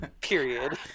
period